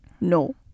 No